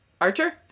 Archer